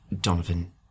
Donovan